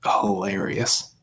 hilarious